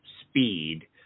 speed